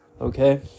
okay